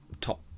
top